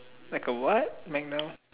like a what magnet